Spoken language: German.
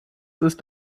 ist